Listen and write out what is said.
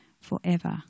forever